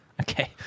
okay